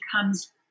comes